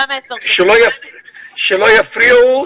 שלא יפריעו.